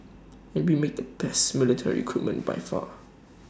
and we make the best military equipment by far